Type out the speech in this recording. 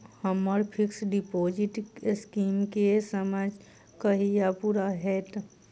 हम्मर fix deposit scheme केँ समय कहिया पूरा हैत?